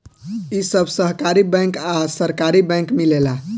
इ सब सहकारी बैंक आ सरकारी बैंक मिलेला